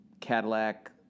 Cadillac